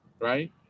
right